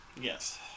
Yes